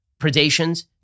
predations